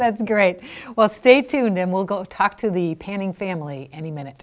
the great well stay tuned and we'll go talk to the panning family any minute